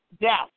death